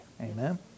Amen